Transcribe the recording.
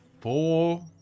four